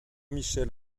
michel